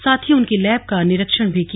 साथ ही उनकी लैब का निरीक्षण भी किया